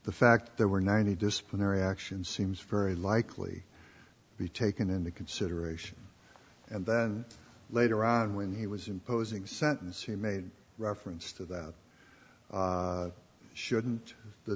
the fact there were ninety disciplinary action seems very likely to be taken into consideration and then later on when he was imposing sentence he made reference to that shouldn't the